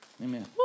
Amen